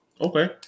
okay